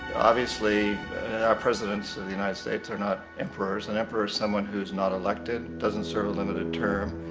obviously our presidents of the united states are not emperors. an emperor is someone who is not elected, doesn't serve a limited term,